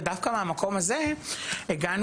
ודווקא מהמקום הזה הגענו,